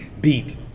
Beat